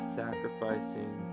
sacrificing